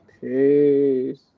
peace